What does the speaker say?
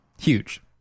Huge